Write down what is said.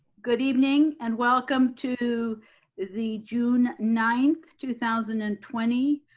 good evening and welcome to the june ninth two thousand and twenty,